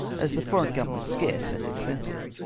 as the foreign gum was scarce and expensive.